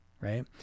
right